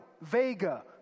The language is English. Vega